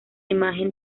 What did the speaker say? imagen